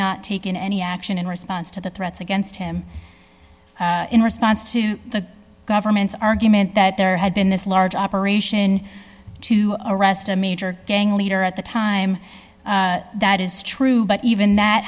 not taken any action in response to the threats against him in response to the government's argument that there had been this large operation to arrest a major gang leader at the time that is true but even that